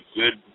good